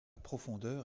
profondeur